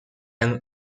and